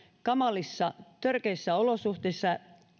törkeissä olosuhteissa